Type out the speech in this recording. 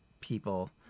people